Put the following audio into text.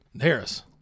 Harris